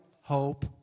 hope